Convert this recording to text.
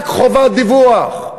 רק חובת דיווח,